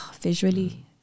visually